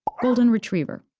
golden retriever.